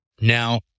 now